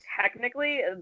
technically